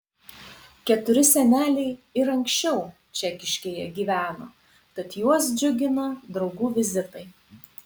keturi seneliai ir anksčiau čekiškėje gyveno tad juos džiugina draugų vizitai